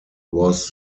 was